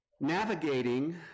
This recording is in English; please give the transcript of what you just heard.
Navigating